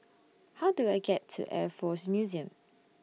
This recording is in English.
How Do I get to Air Force Museum